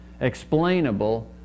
explainable